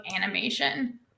animation